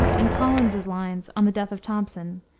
in collins's lines, on the death of thomson,